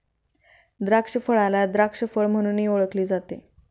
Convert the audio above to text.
द्राक्षफळाला द्राक्ष फळ म्हणूनही ओळखले जाते